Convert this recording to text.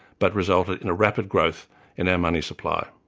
but resulted in a rapid growth in our money supply.